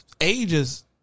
ages